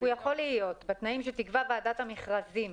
הוא יכול להיות, בתנאים שתקבע ועדת המכרזים,